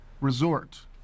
Resort